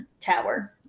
tower